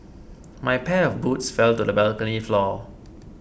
my pair of boots fell to the balcony floor